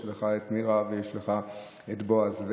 יש לך את נירה ויש לך את בועז,